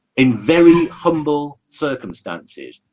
in very humble circumstances